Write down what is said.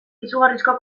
izugarrizko